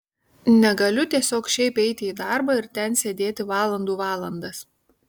negaliu tiesiog šiaip eiti į darbą ir ten sėdėti valandų valandas